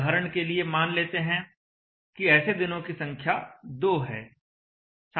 उदाहरण के लिए मान लेते हैं कि ऐसे दिनों की संख्या दो है